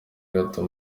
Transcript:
gato